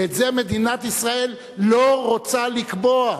ואת זה מדינת ישראל לא רוצה לקבוע.